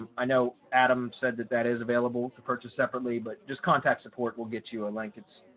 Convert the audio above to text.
um i know adam said that that is available to purchase separately, but just contact support, we'll get you a link. it's